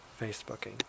Facebooking